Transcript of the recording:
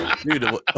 Dude